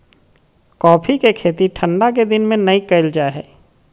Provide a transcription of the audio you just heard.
coffee के खेती ठंढा के दिन में नै कइल जा हइ